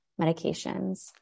medications